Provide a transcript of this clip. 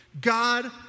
God